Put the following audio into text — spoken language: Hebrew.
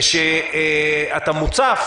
ושאתה מוצף,